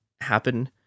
happen